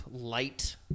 light